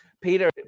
Peter